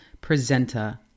presenter